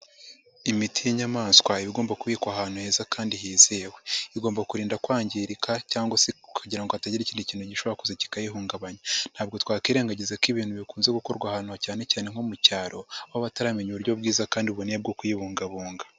Imiti y'inyamaswa iba igomba kubikwa ahantu heza kandi hizewe, igomba kurinda kwangirika cyangwa kugira ngo hatagira ikindi kintu gishobora kuza kikayihungabanya ntabwo twakwirengagiza ko ibintu bikunze gukorwa ahantu cyane cyane nko mu cyaro aho bataramenya uburyo bwiza kandi buboneye bwo kubungabunga.